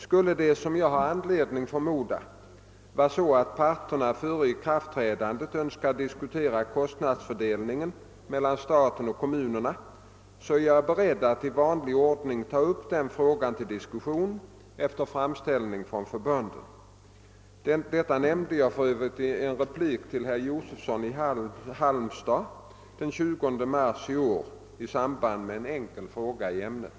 Skulle det — som jag har anledning förmoda — vara så, att parterna före ikraftträdandet önskar diskutera kostnadsfördelningen mellan staten och kommunerna, är jag beredd att i vanlig ordning ta upp den frågan till diskussion efter framställning från förbunden. Detta nämnde jag för övrigt i en replik till herr Josefsson i Halmstad den 20 mars i år i samband med en enkel fråga i ämnet.